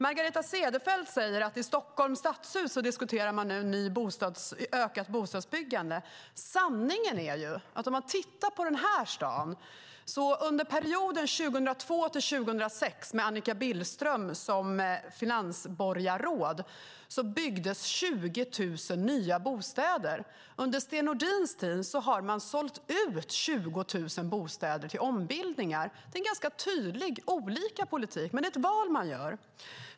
Margareta Cederfelt säger att man i Stockholms stadshus diskuterar ett ökat bostadsbyggande. Sanningen är att under perioden 2002-2006 med Annika Billström som finansborgarråd byggdes 20 000 nya bostäder. Under Sten Nordins tid har man sålt ut 20 000 bostäder till ombildningar. Det är en tydlig skillnad i politiken. Det är ett val.